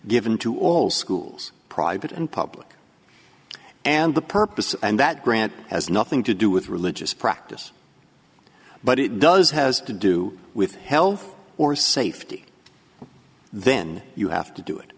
given to all schools private and public and the purpose and that grant has nothing to do with religious practice but it does has to do with health or safety then you have to do it